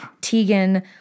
Tegan